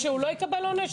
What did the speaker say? שהוא לא יקבל עונש?